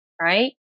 right